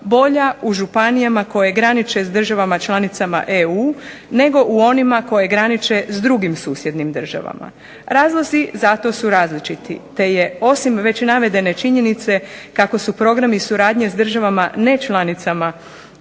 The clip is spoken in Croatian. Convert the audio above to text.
bolja u županijama koje graniče s državama članicama EU, nego u onima koje graniče s drugim susjednim državama. Razlozi za to su različiti, te je osim već navedene činjenice kako su programi suradnje s državama nečlanicama EU